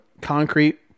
concrete